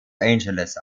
angeles